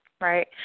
right